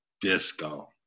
disco